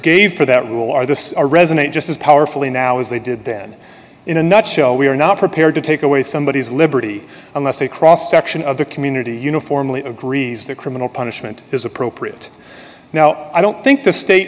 gave for that rule are the resident just as powerful a now as they did then in a nutshell we are not prepared to take away somebodies liberty unless a cross section of the community uniformly agrees that criminal punishment is appropriate now i don't think the state